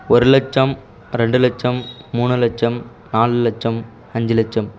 ஒரு லட்சம் ரெண்டு லட்சம் மூணு லட்சம் நாலு லட்சம் அஞ்சு லட்சம்